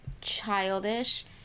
childish